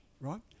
right